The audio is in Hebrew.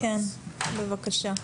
כן, בבקשה.